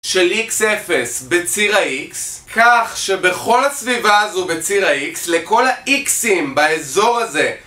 של X0 בציר ה-X כך שבכל הסביבה הזו בציר ה-X לכל ה-Xים באזור הזה